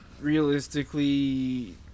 realistically